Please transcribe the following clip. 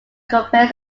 company’s